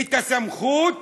את הסמכות